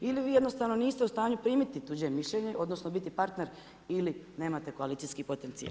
Ili vi jednostavno niste u stanju primiti tuđe mišljenje odnosno biti partner ili nemate koalicijski potencijal.